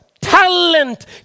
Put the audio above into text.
Talent